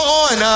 on